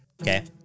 okay